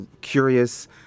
curious